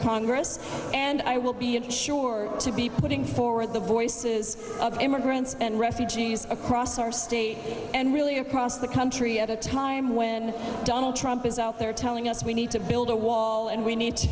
congress and i will be sure to be putting forward the voices of immigrants and refugees across our state and really across the country at a time when donald trump is out there telling us we need to build a wall and we need to